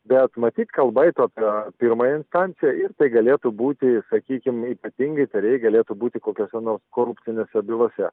bet matyt kalba eitų apie pirmąją instanciją ir tai galėtų būti sakykim ypatingi tarėjai galėtų būti kokiose nors korupsinėse bylose